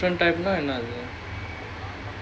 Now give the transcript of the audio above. different types னா என்னது:naa ennathu